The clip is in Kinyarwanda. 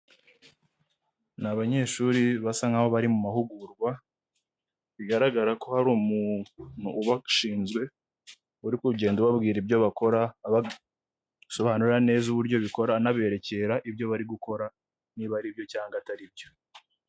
Ni abanyeshuri basa nkaho bari mu mahugurwa bigaragara ko hari umuntu ubashinzwe uri kugenda ubabwira ibyo bakora abasobanura neza uburyo bikora anaberekera ibyo bari gukora niba aribyo cyangwa atari byo.